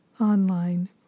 online